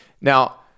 Now